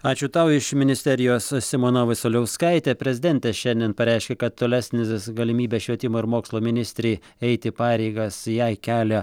ačiū tau iš ministerijos simona vasiliauskaitė prezidentė šiandien pareiškė kad tolesnės galimybės švietimo ir mokslo ministrei eiti pareigas jai kelia